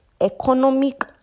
economic